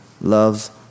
loves